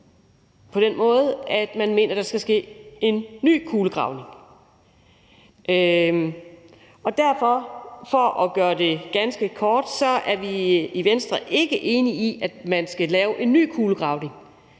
på den måde, at man mener, at der skal ske en ny kulegravning. Derfor er vi i Venstre, for at gøre det ganske kort, ikke enig i, at man skal lave en ny kulegravning.